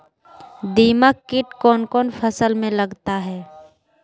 दीमक किट कौन कौन फसल में लगता है?